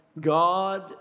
God